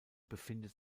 befindet